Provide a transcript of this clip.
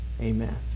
Amen